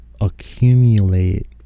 accumulate